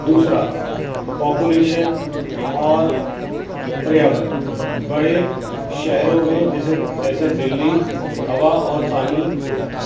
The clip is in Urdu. دوسرا پاپولیشن اور پریاورن بڑے شہروں میں جیسے جیسے دلی ہوا اور پانی